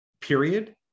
period